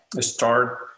start